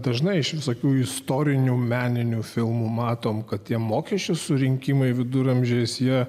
dažnai iš visokių istorinių meninių filmų matome kad tie mokesčių surinkimui viduramžiais jie